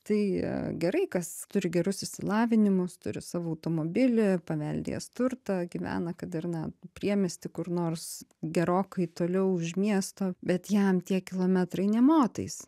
tai gerai kas turi gerus išsilavinimus turi savo automobilį paveldėjęs turtą gyvena kad ar ne priemiesty kur nors gerokai toliau už miesto bet jam tie kilometrai nė motais